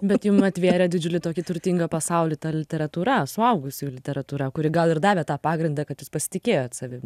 bet jum atvėrė didžiulį tokį turtingą pasaulį ta literatūra suaugusiųjų literatūra kuri gal ir davė tą pagrindą kad jūs pasitikėjot savim